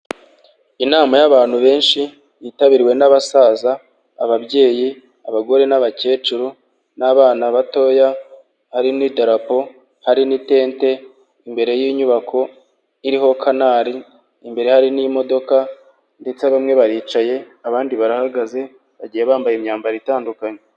Inama y'abantu benshi yitabiriwe n'abasaza, ababyeyi, abagore n'abakecuru, n'abana batoya harimo idarapo, hari itente, imbere y'inyubako iriho kanari. imbere hari n'imodoka ndetse bamwe baricaye abandi barahagaze bagiye bambaye imyambaro itandukanye.